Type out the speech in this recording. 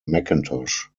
mackintosh